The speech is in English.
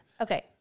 Okay